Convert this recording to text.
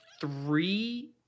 three